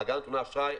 מעגל נתוני האשראי,